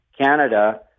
Canada